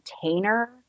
container